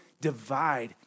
divide